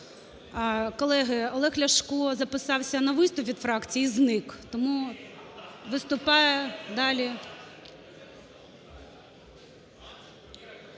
Колеги, Олег Ляшко записався на виступ від фракції і зник. Тому виступає далі…